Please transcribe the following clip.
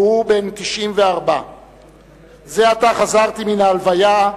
והוא בן 94. זה עתה חזרתי מן ההלוויה,